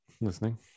listening